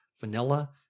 vanilla